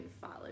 follow